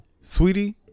Sweetie